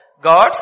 God's